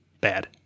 bad